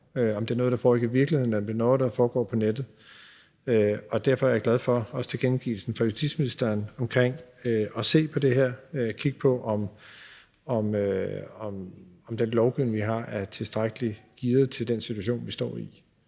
om det er noget, der foregår i virkeligheden, eller om det er noget, der foregår på nettet. Derfor er jeg glad for også tilkendegivelsen fra justitsministeren omkring at se på det her og kigge på, om den lovgivning, vi har, er tilstrækkelig gearet til den situation, vi står i,